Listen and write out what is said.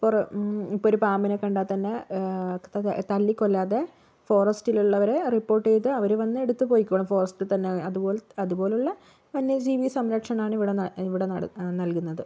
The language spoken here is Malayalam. ഇപ്പം ഒരു പാമ്പിനെ കണ്ടാൽ തന്നെ തല്ലി കൊല്ലാതെ ഫോറെസ്റ്റിൽ ഉള്ളവരെ റിപ്പോർട്ട് ചെയ്ത് അവര് വന്ന് എടുത്ത് പൊയ്ക്കോളും അതുപോലെ അതുപോലുള്ള വന്യജീവി സംരക്ഷണമാണ് ഇവിടെ നട ഇവിടെ നട നൽകുന്നത്